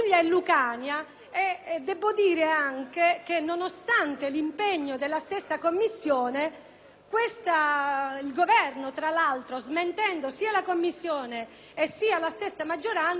il Governo, tra l'altro smentendo sia la Commissione che la stessa maggioranza, ha ritenuto di decidere difformemente. Ritengo che dobbiamo sostenere il